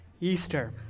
Easter